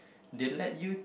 they let you